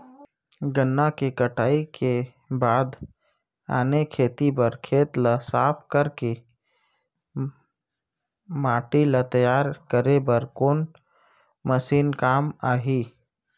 गन्ना के कटाई के बाद आने खेती बर खेत ला साफ कर के माटी ला तैयार करे बर कोन मशीन काम आही?